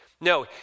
No